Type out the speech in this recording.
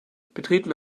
betreten